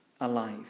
alive